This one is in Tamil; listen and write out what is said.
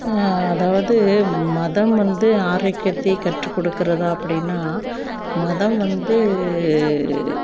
அதாவது மதம் வந்து ஆரோக்கியத்தை கற்றுக் கொடுக்குறதா அப்படின்னா மதம் வந்து